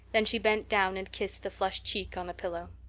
then she bent down and kissed the flushed cheek on the pillow.